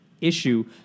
issue